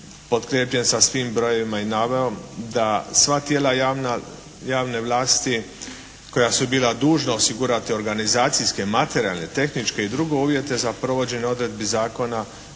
potkrijepljen sa svim brojevima i navodom da sva tijela javne vlasti koja su bila dužna osigurati organizacijske, materijalne, tehničke i druge uvjete za provođenje odredbi zakona